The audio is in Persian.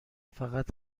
فقط